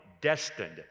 destined